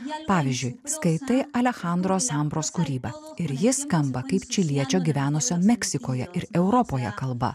pavyzdžiui skaitai alechandro sambros kūrybą ir ji skamba kaip čiliečio gyvenusio meksikoje ir europoje kalba